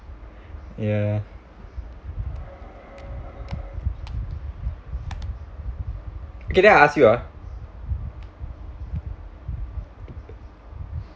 ya okay then I ask you ah